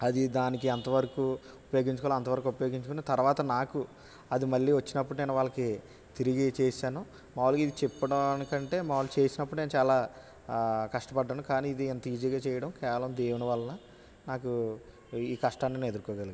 అది దానికి ఎంత వరకు ఉపయోగించుకోవాలో అంతవరకు ఉపయోగించుకొని తరువాత నాకు అది మళ్ళీ వచ్చినప్పుడు నేను వాళ్ళకి తిరిగి ఇచ్చేసాను మాములుగా ఇది చెప్పడానికంటే మాములుగా ఇది చేసినప్పుడు చాలా కష్టపడ్డాను కానీ ఇది ఇంత ఈజీగా చేయడం కేవలం దేవుని వల్ల నాకు ఈ కష్టాన్ని నే ఎదురుకోగలిగాను